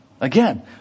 Again